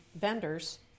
vendors